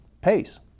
pace